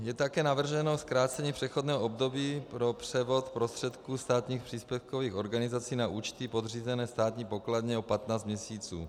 Je také navrženo zkrácení přechodného období pro převod prostředků státních příspěvkových organizací na účty podřízené státní pokladně o 15 měsíců.